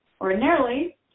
Ordinarily